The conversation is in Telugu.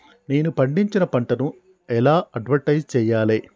నేను పండించిన పంటను ఎలా అడ్వటైస్ చెయ్యాలే?